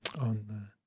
on